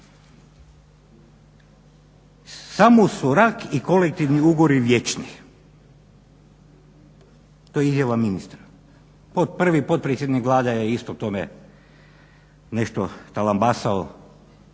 Samo su rak i kolektivni ugovori vječni, to je izjava ministra. Prvi potpredsjednik Vlade je isto o tome nešto talambasao.